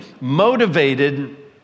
motivated